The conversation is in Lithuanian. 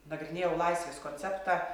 nagrinėjau laisvės konceptą